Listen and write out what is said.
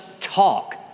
talk